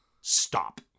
stop